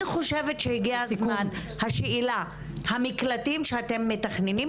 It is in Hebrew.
לגבי המקלטים המתוכננים,